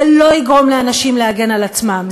זה לא יגרום לאנשים להגן על עצמם,